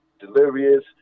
delirious